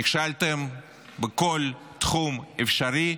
נכשלתם בכל תחום אפשרי.